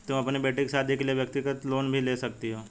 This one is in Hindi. तुम अपनी बेटी की शादी के लिए व्यक्तिगत लोन भी ले सकती हो